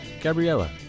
Gabriella